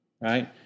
right